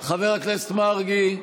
חבר הכנסת מרגי.